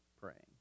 praying